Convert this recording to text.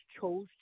chose